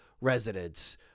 residents